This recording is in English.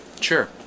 sure